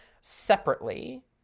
separately